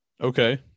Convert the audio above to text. okay